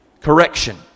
Correction